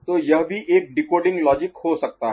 तो यह भी एक डिकोडिंग लॉजिक Logic तर्क हो सकता है